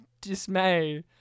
dismay